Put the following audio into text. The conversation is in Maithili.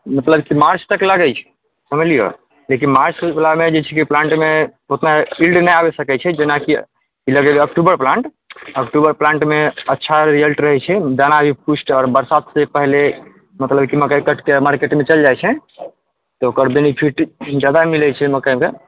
मतलब मार्च तक लगै छै बुझलिये मार्चवला मे जे छै प्लान्टमे ओतबै शील्ड नहि अबि सकै छै लगेबै अक्टुबर प्लान्ट अक्टूबर प्लान्टमे अच्छा रिजल्ट रहै छै दाना भी पुष्ट आओर बरसातसँ पहिने मतलब कि मकइ कटिके मार्केटमे चलि जाइ छै तऽ ओकर बेनिफिट जादा मिलै छै मकइमे